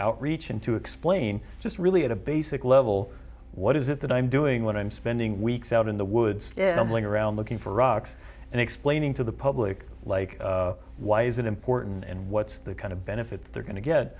outreach in to explain just really at a basic level what is it that i'm doing what i'm spending weeks out in the woods if i'm going around looking for rocks and explaining to the public like why is that important and what's the kind of benefit they're going to get